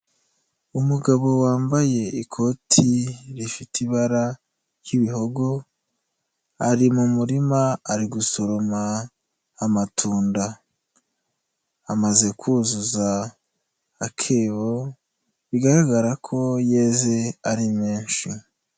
Umugabo wambaye ikoti rifite ibara ry'ibihogo ari mu murima ari gusoroma amatunda, amaze kuzuza akebo bigaragara ko yeze ari menshi.